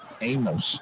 Amos